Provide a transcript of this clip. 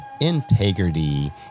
integrity